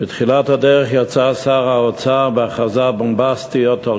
בתחילת הדרך יצא שר האוצר בהכרזות בומבסטיות על